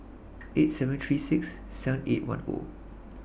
eight thousand seven hundred and thirty six seven thousand eight hundred and ten